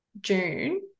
June